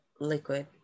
liquid